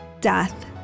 death